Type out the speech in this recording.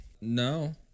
No